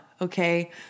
Okay